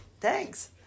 Thanks. ¶¶